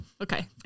okay